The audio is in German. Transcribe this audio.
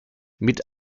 mit